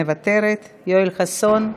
מוותרת, יואל חסון,